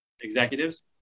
executives